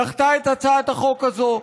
דחתה את הצעת החוק הזאת.